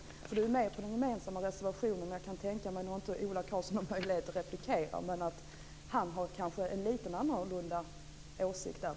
Göran Hägglund är ju med på den gemensamma reservationen, och jag kan tänka mig att Ola Karlsson - även han nu inte har möjlighet att replikera - kanske har en litet annorlunda åsikt där.